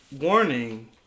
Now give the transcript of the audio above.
warning